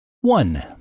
One